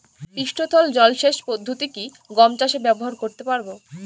পৃষ্ঠতল জলসেচ পদ্ধতি কি গম চাষে ব্যবহার করতে পারব?